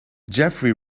jeffery